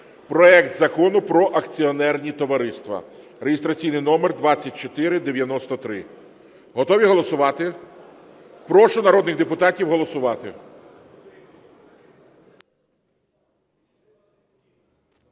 проект Закону про акціонерні товариства (реєстраційний номер 2493). Готові голосувати? Прошу народних депутатів голосувати.